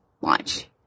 launch